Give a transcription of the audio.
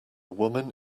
woman